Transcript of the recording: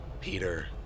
Peter